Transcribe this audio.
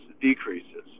decreases